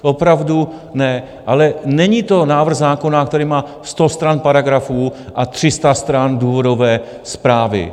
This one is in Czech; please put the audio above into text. Opravdu ne, ale není to návrh zákona, který má sto stran paragrafů a tři sta stran důvodové zprávy.